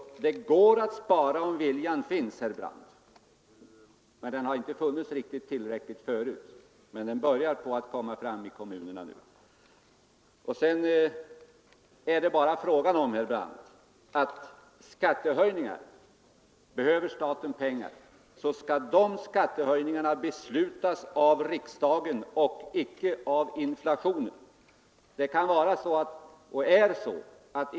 Det går således att spara, bara viljan "finns, herr Brandt. Den har inte funnits i tillräcklig grad förut, men den börjar komma fram i kommunerna nu. Sedan, herr Brandt, är det bara fråga om att behöver staten pengar skall skattehöjningarna beslutas av riksdagen och icke av inflationen!